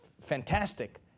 fantastic